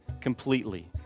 completely